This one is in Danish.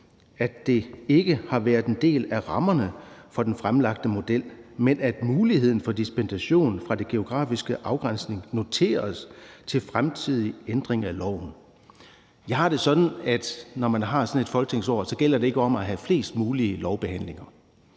at det ikke har været en del af rammerne for den fremlagte model, men at muligheden for dispensation fra den geografiske afgrænsning noteres til fremtidige ændringer af loven.« Jeg har det sådan, at når man har et folketingsår, så gælder det ikke om at have flest mulige lovbehandlinger.